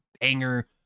banger